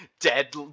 dead